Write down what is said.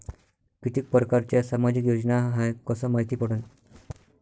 कितीक परकारच्या सामाजिक योजना हाय कस मायती पडन?